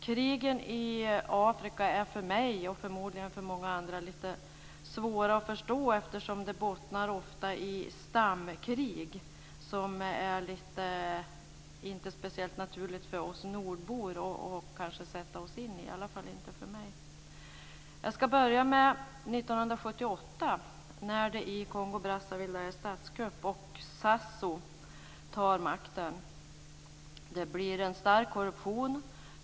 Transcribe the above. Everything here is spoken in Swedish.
Krigen i Afrika är för mig och förmodligen för många andra lite svåra att förstå eftersom de ofta bottnar i stamkrig, något som inte är speciellt naturligt för oss nordbor att sätta oss in i. Det är det i varje fall inte för mig. Jag ska börja med år 1978, när det blev statskupp i Det blir en stark korruption.